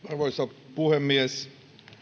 arvoisa puhemies